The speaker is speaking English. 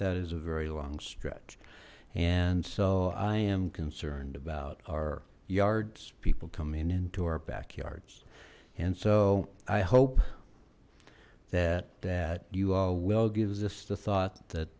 that is a very long stretch and so i am concerned about our yards people come in into our backyards and so i hope that that you are well gives us the thought that